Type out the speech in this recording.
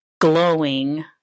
glowing